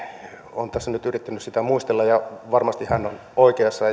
olen tässä nyt yrittänyt sitä muistella ja varmasti hän on oikeassa